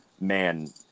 man